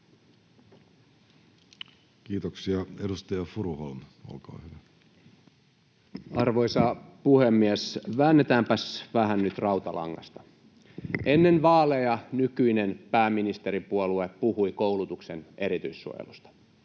Kiitoksia. — Edustaja Furuholm, olkaa hyvä. Arvoisa puhemies! Väännetäänpäs vähän nyt rautalangasta: Ennen vaaleja nykyinen pääministeripuolue puhui koulutuksen erityissuojelusta.